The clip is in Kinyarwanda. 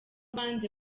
banze